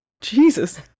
Jesus